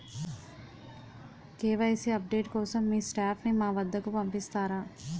KYC update కోసం మీ staff ని మా వద్దకు పంపిస్తారా?